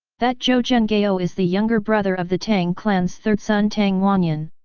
that zhou zhenghao is the younger brother of the tang clan's third son tang wannian.